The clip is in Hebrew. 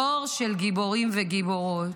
דור של גיבורים וגיבורות.